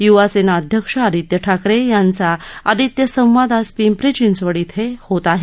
युवा सेना अध्यक्ष आदित्य ठाकरे यांचा आदित्य संवाद आज पिंपरी चिंचवड येथे होत आहे